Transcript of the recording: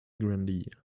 grandee